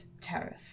tariff